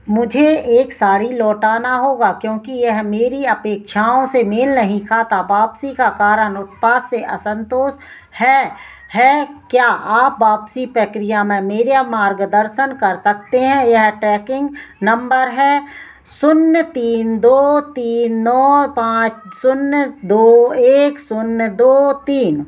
मुझे एक साड़ी लौटाना होगा क्योंकि यह मेरी अपेक्षाओं से मेल नहीं खाता वापसी का कारण उत्पाद से असंतोष है है क्या आप वापसी प्रक्रिया में मेरा मार्गदर्सर्शन कर हैं सकते हैं यहां ट्रैकिंग नंबर है शून्य तीन दो तीन नौ पाँच शून्य दो एक शून्य दो तीन